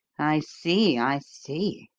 i see! i see!